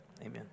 Amen